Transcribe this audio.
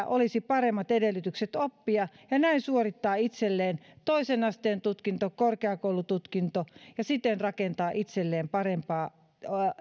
olisi paremmat edellytykset oppia ja näin suorittaa itselleen toisen asteen tutkinto korkeakoulututkinto ja siten rakentaa itselleen parempaa